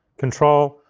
control,